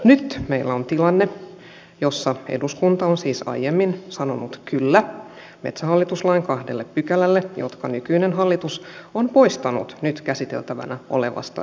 nyt meillä on tilanne jossa eduskunta on siis aiemmin sanonut kyllä metsähallitus lain kahdelle pykälälle jotka nykyinen hallitus on poistanut nyt käsiteltävänä olevasta esityksestä